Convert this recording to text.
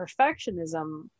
perfectionism